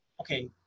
okay